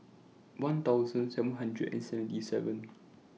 one thousand seven hundred and seventy seven